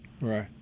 Right